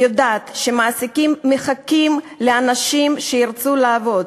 אני יודעת שמעסיקים מחכים לאנשים שירצו לעבוד.